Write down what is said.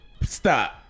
Stop